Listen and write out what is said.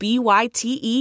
B-Y-T-E